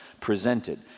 presented